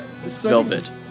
Velvet